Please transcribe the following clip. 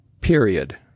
period